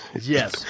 Yes